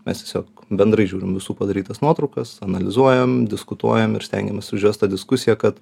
mes tiesiog bendrai žiūrim visų padarytas nuotraukas analizuojam diskutuojam ir stengiamės užvest tą diskusiją kad